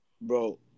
Bro